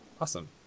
Awesome